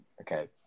Okay